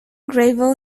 gravel